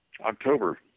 October